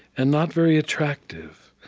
and not very attractive.